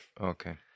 Okay